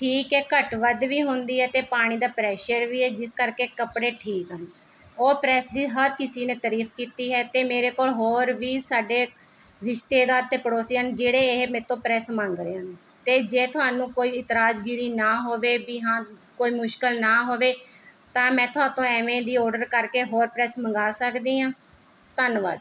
ਠੀਕ ਹੈ ਘੱਟ ਵੱਧ ਵੀ ਹੁੰਦੀ ਹੈ ਅਤੇ ਪਾਣੀ ਦਾ ਪ੍ਰੈਸ਼ਰ ਵੀ ਹੈ ਜਿਸ ਕਰਕੇ ਕੱਪੜੇ ਠੀਕ ਹਨ ਉਹ ਪ੍ਰੈੱਸ ਦੀ ਹਰ ਕਿਸੀ ਨੇ ਤਰੀਫ਼ ਕੀਤੀ ਹੈ ਅਤੇ ਮੇਰੇ ਕੋਲ ਹੋਰ ਵੀ ਸਾਡੇ ਰਿਸ਼ਤੇਦਾਰ ਅਤੇ ਪੜੋਸੀ ਹਨ ਜਿਹੜੇ ਇਹ ਮੇਥੋਂ ਪ੍ਰੈੱਸ ਮੰਗ ਰਹੇ ਹਨ ਅਤੇ ਜੇ ਤੁਹਾਨੂੰ ਕੋਈ ਇਤਰਾਜਗੀਰੀ ਨਾ ਹੋਵੇ ਵੀ ਹਾਂ ਕੋਈ ਮੁਸ਼ਕਲ ਨਾ ਹੋਵੇ ਤਾਂ ਮੈਂ ਥੋਹਾਤੋਂ ਐਂਵੇਂ ਦੀ ਔਡਰ ਕਰਕੇ ਹੋਰ ਪ੍ਰੈੱਸ ਮੰਗਾ ਸਕਦੀ ਹਾਂ ਧੰਨਵਾਦ ਜੀ